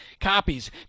copies